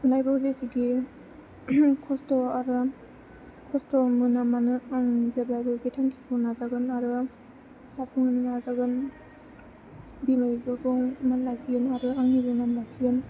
लाइफआव जेसेखि कस्त' आरो कस्त' मोना मानो आं जेब्लायबो बे थांखिखौ नाजागोन आरो जाफुंहोनो नाजागोन बिमा बिफाखौ मान लाखिगोन आरो आंनिबो नाम लाखिगोन